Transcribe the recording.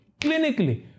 clinically